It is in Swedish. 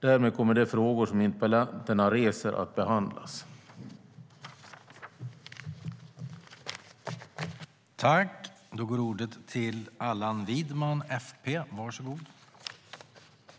Därmed kommer de frågor som interpellanterna reser att behandlas.